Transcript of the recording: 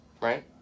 right